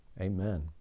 amen